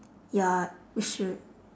ya you should